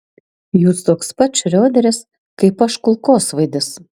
jūs toks pat šrioderis kaip aš kulkosvaidis